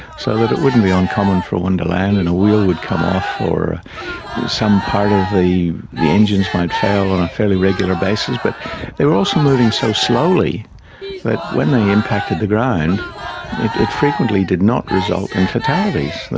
so that it wouldn't be uncommon for one to land and a wheel would come off or some part of the the engines might fail on a fairly regular basis. but they were also moving so slowly that when they impacted the ground it it frequently did not result in fatalities.